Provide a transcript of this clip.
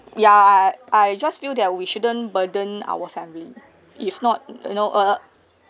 ya I just feel that we shouldn't burden our family if not you know uh